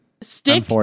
Stick